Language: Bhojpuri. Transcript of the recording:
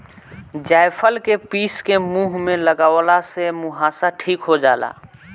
जायफल के पीस के मुह पे लगवला से मुहासा ठीक हो जाला